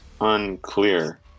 unclear